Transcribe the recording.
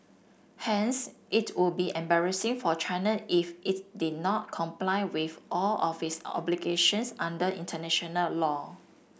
hence it would be embarrassing for China if it did not comply with all of its obligations under international law